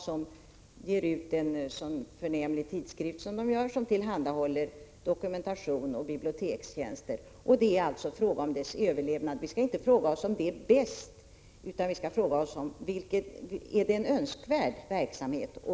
Man ger ut en förnämlig tidskrift, tillhandahåller dokumentation och bibliotekstjänster. Det är fråga om institutets överlevnad. Vi skall inte fråga oss om detta är bäst, utan vi skall fråga oss om det är en önskvärd verksamhet.